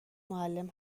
معلم